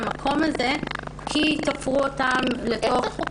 המקום הזה כי תפרו אותן אל תוך מסגרת מסוימת.